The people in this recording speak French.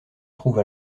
trouve